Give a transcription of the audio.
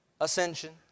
ascension